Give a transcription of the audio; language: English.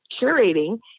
curating